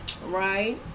right